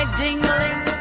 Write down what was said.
ding-a-ling